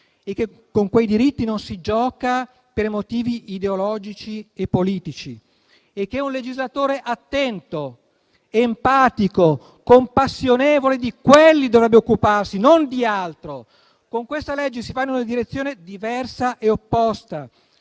che con quei diritti non si gioca per motivi ideologici e politici; che un legislatore attento, empatico e compassionevole di quelli dovrebbe occuparsi, non di altro. Con questa legge si va in una direzione diversa e opposta.